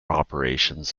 operations